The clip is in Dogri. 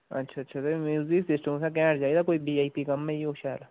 अच्छा अच्छा ते म्यूजिक सिस्टम उत्थै कैंट चाहिदा कोई वी आई पी कम्म ऐ ई ओह् शैल